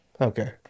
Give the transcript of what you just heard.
Okay